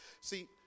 See